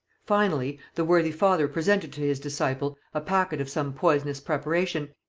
finally the worthy father presented to his disciple a packet of some poisonous preparation,